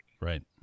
Right